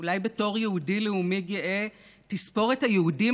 אולי בתור יהודי לאומי גאה תספור את היהודים